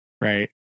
right